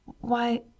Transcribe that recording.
Why